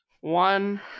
one